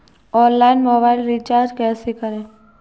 Online mobile recharge कैसे करें?